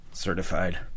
certified